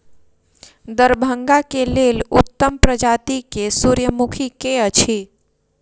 दरभंगा केँ लेल उत्तम प्रजाति केँ सूर्यमुखी केँ अछि?